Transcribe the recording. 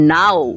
now